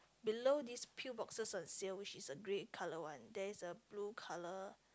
below these pill boxes on sale which is a grey color one there is a blue color